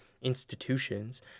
institutions